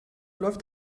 läuft